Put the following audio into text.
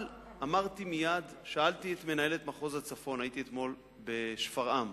אבל הייתי אתמול גם בשפרעם,